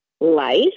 life